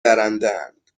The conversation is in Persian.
درندهاند